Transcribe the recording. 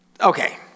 Okay